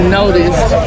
noticed